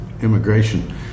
immigration